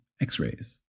x-rays